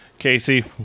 Casey